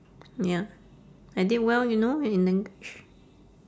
ya I did well you know in english